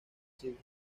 siglos